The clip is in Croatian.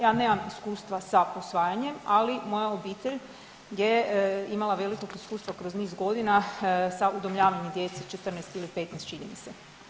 Ja nemam iskustva sa posvajanjem, ali moja obitelj je imala velikog iskustva kroz niz godina sa udomljavanjem djece, 14 ili 15, čini mi se.